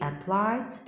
applied